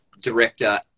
director